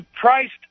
priced